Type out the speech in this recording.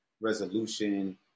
resolution